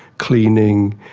cleaning,